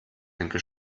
linke